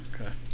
Okay